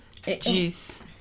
Jeez